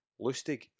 Lustig